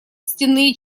стенные